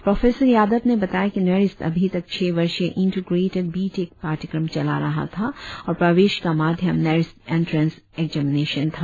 professor Yadav ने बताया कि नेरिस्ट अभी तक छह वर्षीय इंटिग्रेटेड बीटेक पाठ्यक्रम चला रहा था और प्रवेश का माध्यम नेरिस्ट एंट्रेंस एक्जामिनेशन था